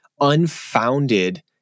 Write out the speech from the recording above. unfounded